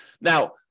Now